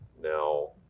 now